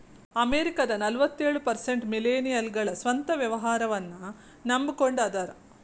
ಅಮೆರಿಕದ ನಲವತ್ಯೊಳ ಪರ್ಸೆಂಟ್ ಮಿಲೇನಿಯಲ್ಗಳ ಸ್ವಂತ ವ್ಯವಹಾರನ್ನ ನಂಬಕೊಂಡ ಅದಾರ